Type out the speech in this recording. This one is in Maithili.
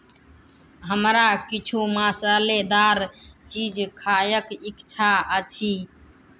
हमरा किछु मसालेदार चीज खायक इच्छा अछि